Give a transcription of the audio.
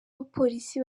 abapolisi